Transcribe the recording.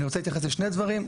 אני רוצה להתייחס לשני דברים,